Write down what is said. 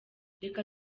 reka